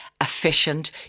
efficient